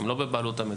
הן לא בבעלות המדינה.